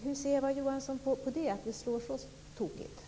Hur ser Eva Johansson på att det slår så tokigt?